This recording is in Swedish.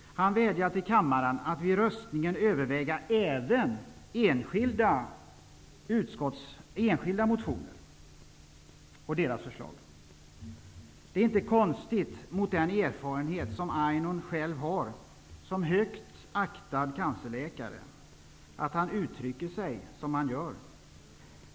Han vädjar till kammaren att vid röstningen även överväga förslag i enskilda motioner. Det är inte konstigt mot bakgrund av den erfarenhet som Jerzy Einhorn själv har som högt aktad cancerläkare att han uttrycker sig som han gör.